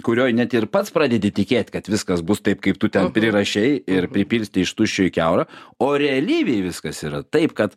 kurioj net ir pats pradedi tikėt kad viskas bus taip kaip tu ten prirašei ir pripilstei iš tuščio į kiaurą o realybėj viskas yra taip kad